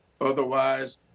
Otherwise